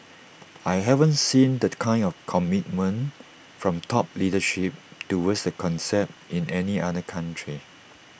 I haven't seen the kind of commitment from top leadership towards the concept in any other country